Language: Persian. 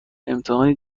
امتحانی